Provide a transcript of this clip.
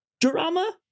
drama